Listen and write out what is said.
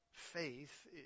faith